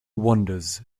wanders